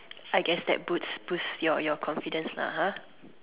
I guess that boots boost your your confidence lah !huh!